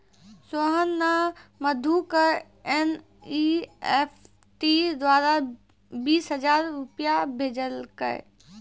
सोहन ने मधु क एन.ई.एफ.टी द्वारा बीस हजार रूपया भेजलकय